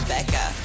Becca